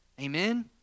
Amen